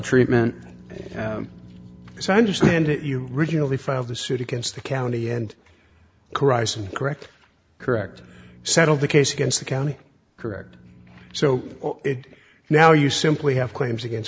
treatment so i understand it you originally filed the suit against the county and crisis correct correct settled the case against the county correct so now you simply have claims against